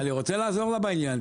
אני רוצה לעזור לה בעניין.